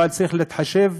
אבל צריך להתחשב,